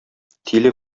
тиле